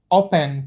open